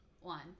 one